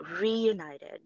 reunited